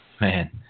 man